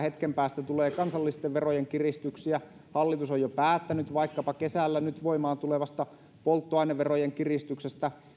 hetken päästä tulee kansallisten verojen kiristyksiä hallitus on jo päättänyt vaikkapa kesällä nyt voimaan tulevasta polttoaineverojen kiristyksestä